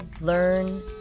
learn